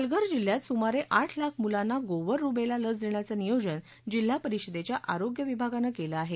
पालघर जिल्ह्यात सुमारे आठ लाख मुलांना गोवर रुबेला लस देण्याचं नियोजन जिल्हा परिषदेच्या आरोग्य विभागानं केलं आहे